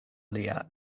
lia